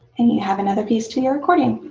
and you have another piece to your accordion.